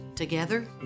Together